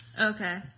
Okay